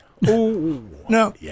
No